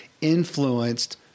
influenced